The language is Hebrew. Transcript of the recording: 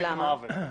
זה עוול.